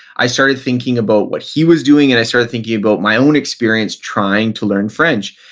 i started thinking about what he was doing, and i started thinking about my own experience trying to learn french.